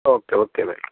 okay okay എന്നാൽ